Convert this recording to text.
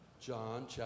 John